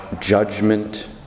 judgment